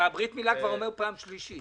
ברית מילה אתה אומר כבר פעם שלישית.